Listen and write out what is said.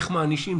איך מענישים.